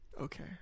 Okay